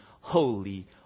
holy